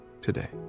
today